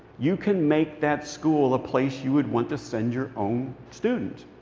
you can make that school a place you would want to send your own student.